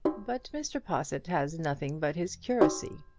but mr. possitt has nothing but his curacy.